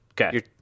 Okay